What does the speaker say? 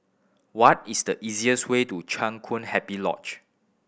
what is the easiest way to Chang Kun Happy Lodge